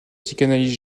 psychanalyse